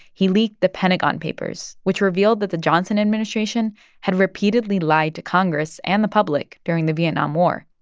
he leaked the pentagon papers, which revealed that the johnson administration had repeatedly lied to congress and the public during the vietnam war.